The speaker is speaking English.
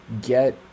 get